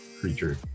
creature